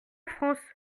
france